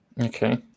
okay